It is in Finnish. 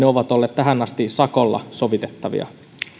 ovat olleet tähän asti sakolla sovitettavia